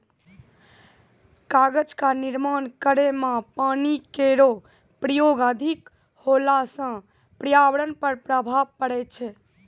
कागज क निर्माण करै म पानी केरो प्रयोग अधिक होला सँ पर्यावरण पर प्रभाव पड़ै छै